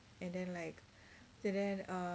and then like after that uh